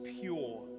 pure